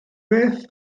beth